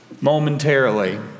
momentarily